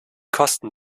kosten